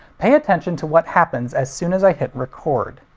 pay attention to what happens as soon as i hit record.